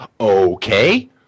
okay